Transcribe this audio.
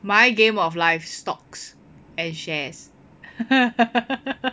my game of life stocks and shares